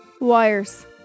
Wires